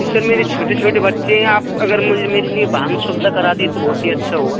जी sir मेरे छोटे छोटे बच्चे हैं आप अगर मुझ मेरे लिए वाहन सुविधा करा दे तो बहुत ही अच्छा होगा